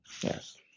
Yes